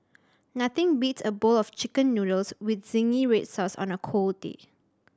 nothing beats a bowl of Chicken Noodles with zingy red sauce on a cold day